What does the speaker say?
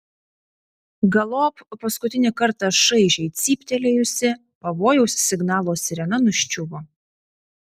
galop paskutinį kartą šaižiai cyptelėjusi pavojaus signalo sirena nuščiuvo